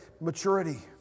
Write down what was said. maturity